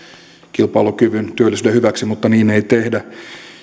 kilpailukyvyn työllisyyden hyväksi mutta niin ei tehdä